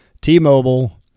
T-Mobile